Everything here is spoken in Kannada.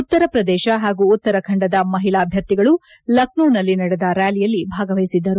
ಉತ್ತರಪ್ರದೇಶ ಪಾಗೂ ಉತ್ತರಖಂಡದ ಮಹಿಳಾ ಅಭ್ಯರ್ಥಿಗಳು ಲಕ್ನೋನಲ್ಲಿ ನಡೆದ ರ್ಕಾಲಿಯಲ್ಲಿ ಭಾಗವಹಿಸಿದ್ದರು